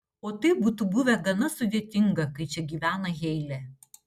o tai būtų buvę gana sudėtinga kai čia gyvena heilė